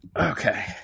Okay